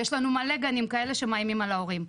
יש לנו מלא גנים כאלה שמאיימים על ההורים.